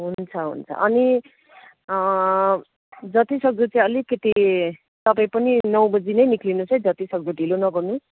हुन्छ हुन्छ अनि जतिसक्दो चाहिँ अलिकति तपाईँ पनि नौ बजी नै निक्लिनुहोस् है जतिसक्दो ढिलो नगर्नुहोस्